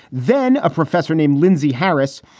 then a professor named lindsey harris,